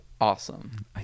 awesome